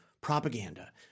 propaganda